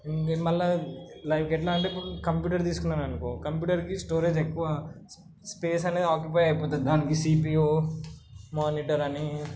మళ్ళా లైక్ ఎట్లా అంటే ఇప్పుడు కంప్యూటర్ తీసుకున్న అనుకో కంప్యూటర్కి స్టోరేజ్ ఎక్కువ స్పేస్ అనేది ఆక్యుపై అయిపోతుంది దానికి సీపీఓ మౌనిటర్ అని